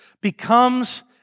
Becomes